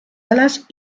alas